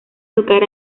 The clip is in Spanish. tocar